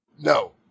No